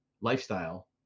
lifestyle